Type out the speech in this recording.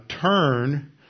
turn